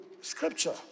scripture